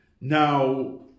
Now